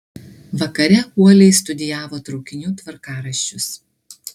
vakare uoliai studijavo traukinių tvarkaraščius